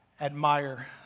admire